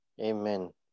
Amen